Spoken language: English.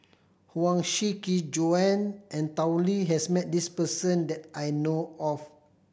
Huang Shiqi Joan and Tao Li has met this person that I know of